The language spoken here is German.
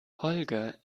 holger